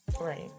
Right